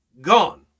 gone